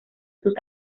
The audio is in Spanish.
sus